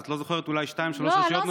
אז את לא זוכרת אולי שתיים-שלוש רשויות נוספות?